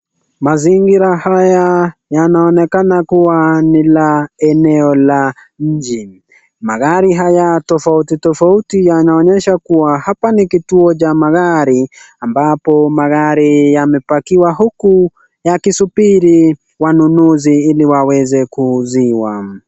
Mazingira haya yanaonekana kuwa ni la eneo la engine . Magari haya tofautitofauti yanaonyesha kuwa hapa ni kituo cha magari ambapo magari yamepakiwa huku yakisubiri wanunuzi ili waweze kuuziwa.